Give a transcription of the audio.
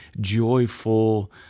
joyful